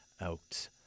out